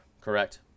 correct